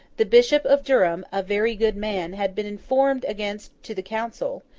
the bishop of durham, a very good man, had been informed against to the council,